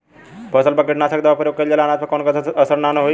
फसल पर कीटनाशक दवा क प्रयोग कइला से अनाज पर कवनो गलत असर त ना होई न?